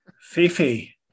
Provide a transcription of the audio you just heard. Fifi